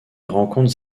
rencontres